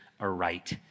aright